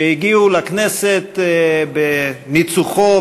שהגיעו לכנסת בניצוחו,